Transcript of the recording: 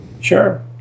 Sure